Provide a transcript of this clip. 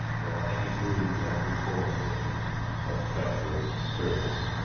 nor any brood that was born to him of treacherous spirits.